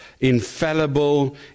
infallible